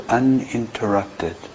uninterrupted